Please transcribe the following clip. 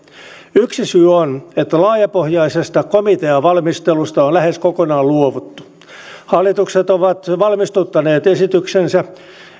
yksi syy on että laajapohjaisesta komiteavalmistelusta on lähes kokonaan luovuttu hallitukset ovat valmistuttaneet esityksensä